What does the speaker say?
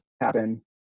happen